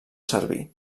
servir